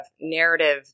narrative